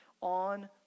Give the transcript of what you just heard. on